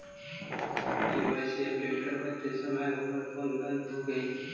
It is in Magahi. के.वाई.सी अपडेट करवाते समय ही हमर फोन बंद हो गेलई